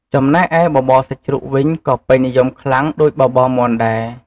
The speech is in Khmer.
ចំណែកឯបបរសាច់ជ្រូកវិញ ក៏ពេញនិយមខ្លាំងដូចបបរសាច់មាន់ដែរ។